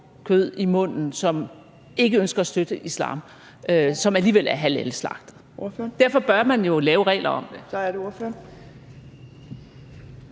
kød i munden, og som ikke ønsker at støtte islam; kød, som alligevel er halalslagtet. Derfor bør man jo lave regler om det.